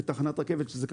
בתחנת רכבת שזה,